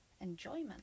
enjoyment